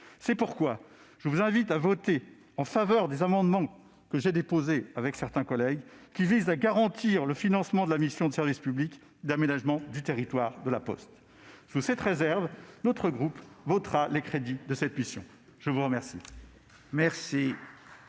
C'est pourquoi je vous invite à voter en faveur des amendements que j'ai déposés avec certains de nos collègues, afin de garantir le financement de la mission de service public d'aménagement du territoire de La Poste. Sous cette réserve, notre groupe votera les crédits de cette mission. La parole